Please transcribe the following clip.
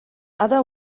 other